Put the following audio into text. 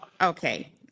Okay